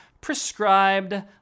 prescribed